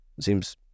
seems